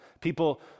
People